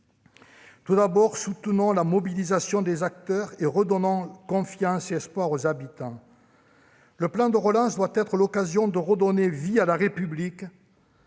nous devons soutenir la mobilisation des acteurs et redonner confiance et espoir aux habitants. Le plan de relance doit être l'occasion de redonner vie à la République